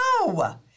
No